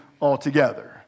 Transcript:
altogether